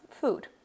food